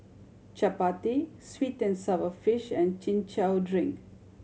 chappati sweet and sour fish and Chin Chow drink